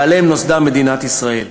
ועליהם נוסדה מדינת ישראל.